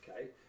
Okay